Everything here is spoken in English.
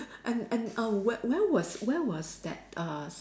and and err wh~ where was where was that uh